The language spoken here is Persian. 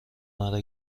مرا